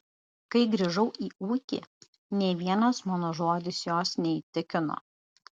kai grįžau į ūkį nė vienas mano žodis jos neįtikino